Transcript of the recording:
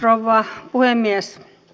rouva puhemies